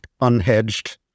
unhedged